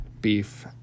beef